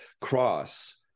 cross